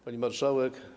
Pani Marszałek!